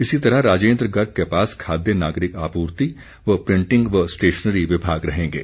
इसी तरह राजेन्द्र गर्ग के पास खाद्य नागरिक आपूर्ति व प्रिटिंग व स्टेशनरी विभाग रहेंगे